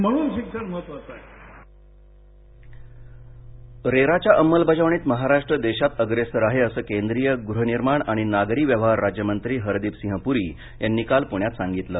म्हणून शिक्षण महत्वाचं आहे रेरा रेराच्या अंमलबजावणीत महाराष्ट्र देशात अप्रेसर आहे असं केंद्रीय गृहनिर्माण आणि नागरी व्यवहार राज्यमंत्री हरदीपसिंह पुरी यांनी काल पुण्यात सांगितल